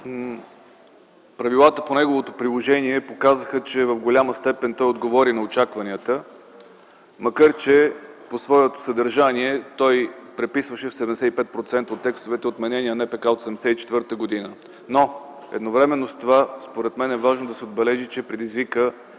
правилата по неговото приложение показаха, че в голяма степен той отговори на очакванията, макар че по своето съдържание той преписваше 75% от тестовете на отменения НПК от 1974 г. Но едновременно с това, според мен е важно да се отбележи, че предизвика